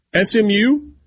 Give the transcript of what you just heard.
SMU